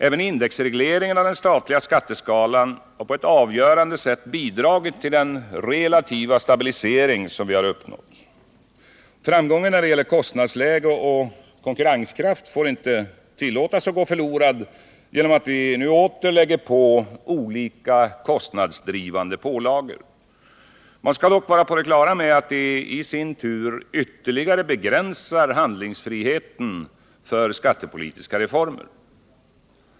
Även indexregleringen av den statliga skatteskalan har på ett avgörande sätt bidragit till den relativa stabilisering som vi har uppnått. Framgången när det gäller kostnadsläge och konkurrenskraft får inte tillåtas gå förlorad genom att vi nu åter lägger på olika kostnadsdrivande pålagor. Man skall dock vara på det klara med att det i sin tur ytterligare begränsar handlingsfriheten för skattepolitiska reformer.